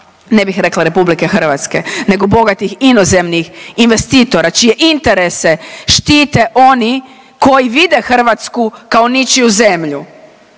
ne bih rekla RH nego bogatih inozemnih investitora čije interese štite oni koji vide Hrvatsku kao ničiju zemlju.